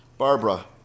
Barbara